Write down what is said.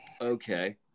okay